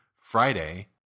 Friday